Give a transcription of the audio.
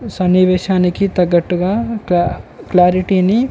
సన్నివేశానికి తగ్గట్టుగా క్లా క్లారిటీని